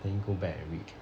then go back and read